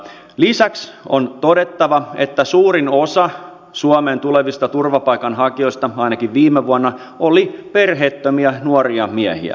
lisäksi on todettava että suurin osa suomeen tulevista turvapaikanhakijoista ainakin viime vuonna oli perheettömiä nuoria miehiä